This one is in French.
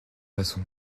façon